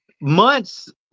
months